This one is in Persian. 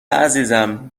عزیزم